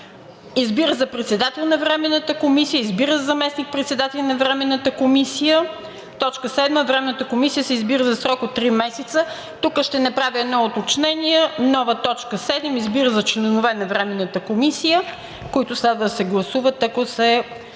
Избира за председател на Временната комисия: … 6. Избира за заместник-председатели на Временната комисия:… 7. Временната комисия се избира за срок от три месеца.“ Тука ще направя едно уточнение. Нова точка 7: „7. Избира за членове на Временната комисия: …“, които следва да се гласуват, ако се